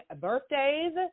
birthdays